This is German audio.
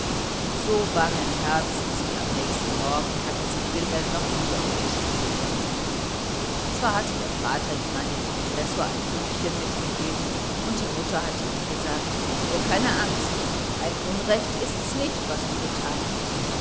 so bangen herzens wie am nächsten morgen hatte sich wilhelm noch nie auf den schulweg gemacht zwar hatte der vater ihm an den professor ein briefchen mitgegeben und die mutter hatte ihm gesagt habe nur keine angst ein unrecht ist's nicht was du getan hast